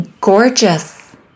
gorgeous